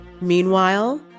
Meanwhile